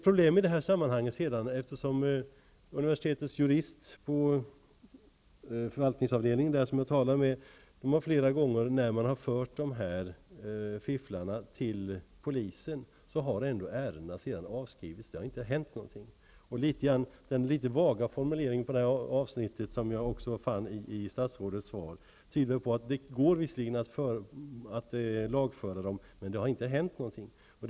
Den jurist på universitetets förvaltningsavdelning som jag talade med sade att efter det att fifflarna har förts till polisen har ärendena avskrivits. Det har inte hänt något. Den vaga formulering jag hörde i motsvarande avsnitt i statsrådets svar tyder på att det går att lagföra fuskarna men att det inte har hänt något.